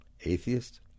Atheist